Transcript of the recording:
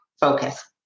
focus